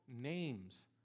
names